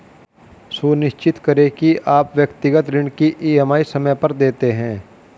सुनिश्चित करें की आप व्यक्तिगत ऋण की ई.एम.आई समय पर देते हैं